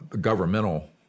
governmental